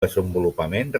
desenvolupament